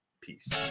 Peace